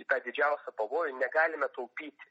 į tą didžiausią pavojų negalime taupyti